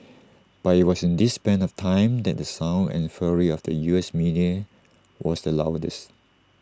but IT was in this span of time that the sound and fury of the U S media was the loudest